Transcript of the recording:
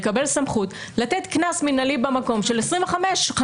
יקבל סמכות לתת קנס מנהלי במקום של 25,000,